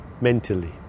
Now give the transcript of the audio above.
mentally